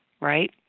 right